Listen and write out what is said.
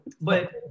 but-